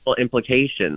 implications